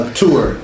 tour